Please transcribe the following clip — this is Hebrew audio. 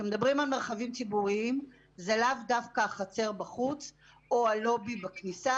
כשמדברים על מרחבים ציבוריים זה לאו דווקא החצר בחוץ או הלובי בכניסה.